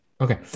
Okay